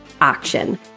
action